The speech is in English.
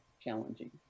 challenging